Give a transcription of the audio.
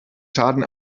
schaden